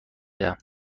دهم